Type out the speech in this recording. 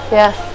yes